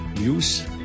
use